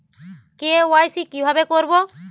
KYC কিভাবে করব?